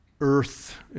earth